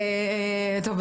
טוב,